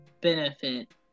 benefit